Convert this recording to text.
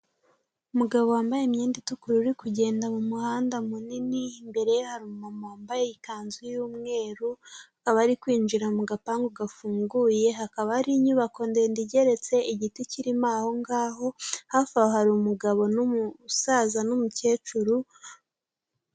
Umugabo wambaye imyenda itukura uri kugenda mu muhanda munini, imbere hari umumama wambaye ikanzu y'umweru, akaba ari kwinjira mu gapangu gafunguye, hakaba hari inyubako ndende igeretse, igiti kiririmo aho ngaho, hafi aho hari umugabo n'umusaza n'umukecuru...